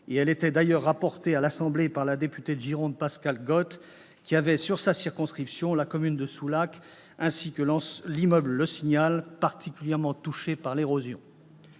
elle était d'ailleurs rapportée à l'Assemblée nationale par la députée de Gironde Pascale Got, qui avait dans sa circonscription la commune de Soulac-sur-Mer ainsi que l'immeuble Le Signal, particulièrement touchés par l'érosion.